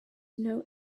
know